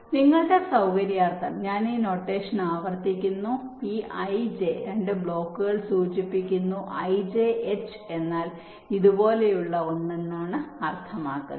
അതിനാൽ നിങ്ങളുടെ സൌകര്യാർത്ഥം ഞാൻ ഈ നൊട്ടേഷൻ ആവർത്തിക്കുന്നു ഈ i j രണ്ട് ബ്ലോക്കുകൾ സൂചിപ്പിക്കുന്നു ijH എന്നാൽ ഇതുപോലുള്ള ഒന്ന് എന്നാണ് അർത്ഥമാക്കുന്നത്